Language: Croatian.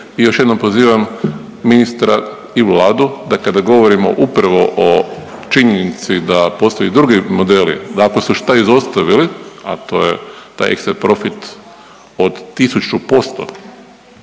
I još jednom pozivam ministra i Vladu, da kada govorimo upravo o činjenici da postoje drugi modeli, da ako su šta izostavili, a to je taj ekstra profit od 1000%